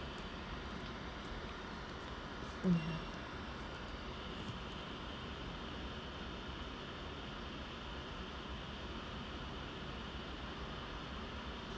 mm